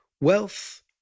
wealth